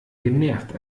genervt